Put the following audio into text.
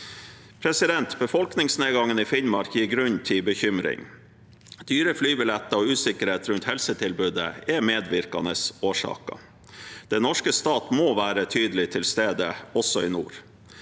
styring. Befolkningsnedgangen i Finnmark gir grunn til bekymring. Dyre flybilletter og usikkerhet rundt helsetilbudet er medvirkende årsaker. Den norske stat må være tydelig til stede, også i nord.